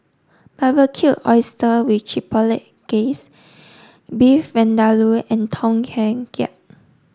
Barbecued Oysters with Chipotle Glaze Beef Vindaloo and Tom Kha Gai